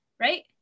right